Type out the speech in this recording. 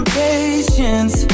patience